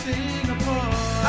Singapore